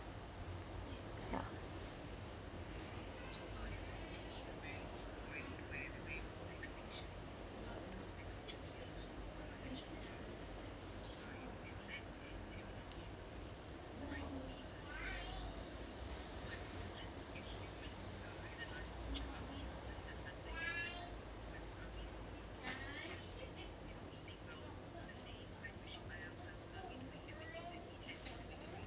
ya